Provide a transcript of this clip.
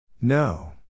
No